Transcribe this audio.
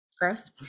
gross